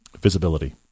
visibility